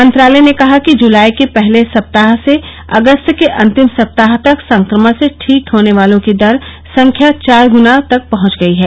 मंत्रालय ने कहा कि जुलाई के पहले सप्ताह से अगस्त के अंतिम सप्ताह तक संक्रमण से ठीक होने वालों की संख्या चार गुणा तक पहंच गई है